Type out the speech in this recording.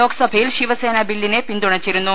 ലോക്സ ഭയിൽ ശിവസേന ബില്ലിനെ പിന്തുണച്ചിരുന്നു